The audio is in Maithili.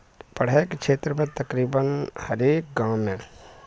पढ़ैके क्षेत्रमे तकरीबन हरेक गाममे